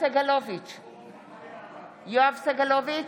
יואב סגלוביץ'